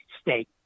state